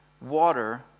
water